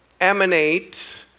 emanate